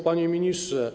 Panie Ministrze!